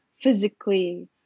physically